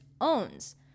owns